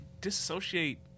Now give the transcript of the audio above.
disassociate